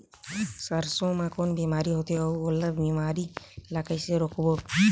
सरसो मा कौन बीमारी होथे अउ ओला बीमारी ला कइसे रोकबो?